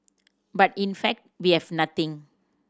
but in fact we have nothing